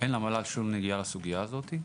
אין למל"ל שום נגיעה לסוגייה הזאת,